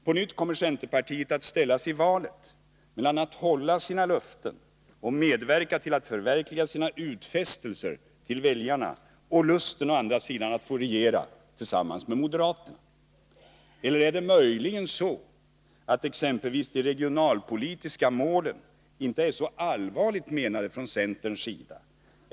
På nytt kommer centerpartiet att ställas i valet mellan å ena sidan att hålla sina löften och medverka till att förverkliga sina utfästelser till väljarna och, å den andra, lusten att få regera tillsammans med moderaterna. Eller är det möjligen så, att exempelvis de regionalpolitiska målen inte är så allvarligt menade från centerns sida?